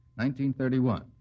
1931